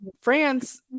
France